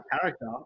character